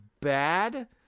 bad